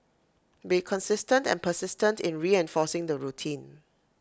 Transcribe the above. be consistent and persistent in reinforcing the routine